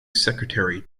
secretary